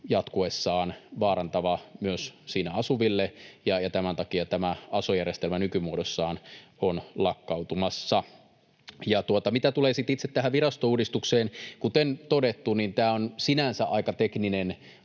jatkuessaan vaarantava myös siinä asuville, ja tämän takia tämä aso-järjestelmä nykymuodossaan on lakkautumassa. Ja mitä tulee sitten itse tähän virastouudistukseen, niin kuten todettu, tämä on sinänsä aika tekninen